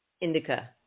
indica